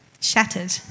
Shattered